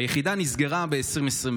שהיחידה נסגרה ב-2021,